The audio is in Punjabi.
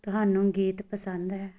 ਤੁਹਾਨੂੰ ਗੀਤ ਪਸੰਦ ਹੈ